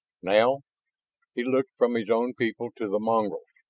now he looked from his own people to the mongols,